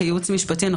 אם